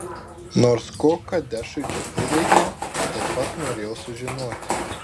nors ko kadešui čia prireikė taip pat norėjau sužinoti